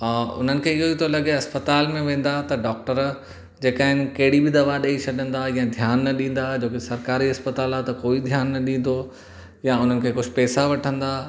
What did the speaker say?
उन्हनि खे इहो ई थो लॻे इस्पतालि में वेंदा त डॉक्टर जेका आहिनि कहिड़ी बि दवा ॾेई छॾंदा या ध्यान न ॾींदा जो की सरकारी इस्पतालि आहे त कोई ध्यानु न ॾींदो या उन्हनि खे कुझु पेसा वठंदा